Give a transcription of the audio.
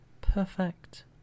Perfect